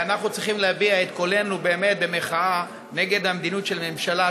אנחנו צריכים להביע את קולנו באמת במחאה נגד המדיניות של הממשלה,